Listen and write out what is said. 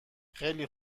خیلی